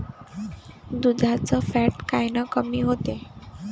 दुधाचं फॅट कायनं कमी होते?